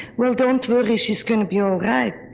well don't worry, she's going to be all right.